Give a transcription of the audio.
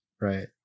Right